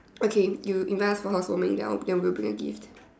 okay you you invite us for housewarming then I'll we'll bring you gift